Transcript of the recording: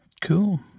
Cool